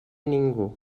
ningú